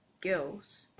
girls